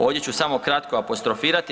Ovdje ću samo kratko apostrofirati.